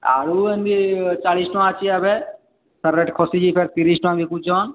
ଆଳୁ ଏମିତି ଚାଳିଶ ଟଙ୍କା ଅଛି ଏବେ ତାର ରେଟ୍ ଖସି ଯାଇ ପାରେ ତିରିଶ ଟଙ୍କା ବିକୁଛନ୍ତି